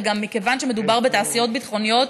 ומכיוון שמדובר בתעשיות ביטחוניות,